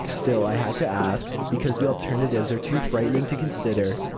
still, i had to ask. because the alternatives are too frightening to consider.